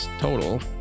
total